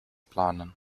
planen